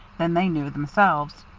than they knew themselves.